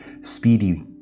speedy